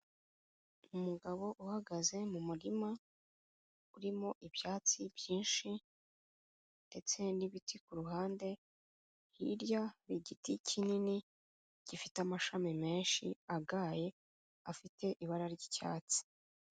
Umugabo uhagaze mu murima urimo ibyatsi byinshi ndetse n'ibiti ku ruhande, hirya hari igiti kinini gifite amashami menshi agaye afite ibara ry'icyatsi.